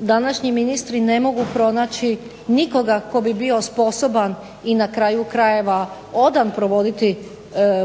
današnji ministri ne mogu pronaći nikoga tko bi bio sposoban i na kraju krajeva odan provoditi